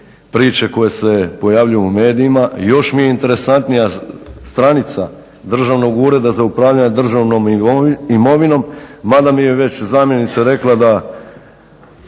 priče koje se pojavljuju u medijima, još mi je interesantnija stranica Državnog ureda za upravljanje državnom imovinom mada mi je već zamjenica rekla da